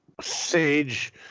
Sage